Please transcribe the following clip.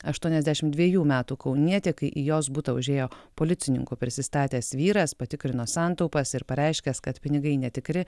aštuoniasdešim dvejų metų kaunietė kai į jos butą užėjo policininku prisistatęs vyras patikrino santaupas ir pareiškęs kad pinigai netikri